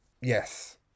yes